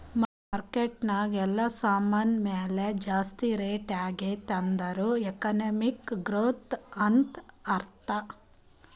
market ನಾಗ್ ಎಲ್ಲಾ ಸಾಮಾನ್ ಮ್ಯಾಲ ಜಾಸ್ತಿ ರೇಟ್ ಆಗ್ಯಾದ್ ಅಂದುರ್ ಎಕನಾಮಿಕ್ ಗ್ರೋಥ್ ಅಂತ್ ಅರ್ಥಾ